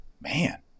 Man